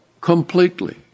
completely